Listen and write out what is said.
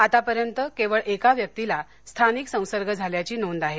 आतापर्यंत केवळ एका व्यक्तीला स्थानिक संसर्ग झाल्याची नोंद आहे